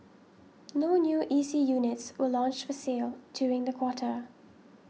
no new E C units were launched for sale during the quarter